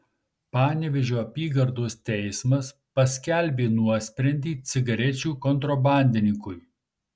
panevėžio apygardos teismas paskelbė nuosprendį cigarečių kontrabandininkui